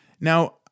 Now